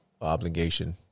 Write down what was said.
obligation